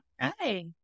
Hi